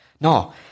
No